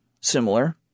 similar